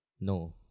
no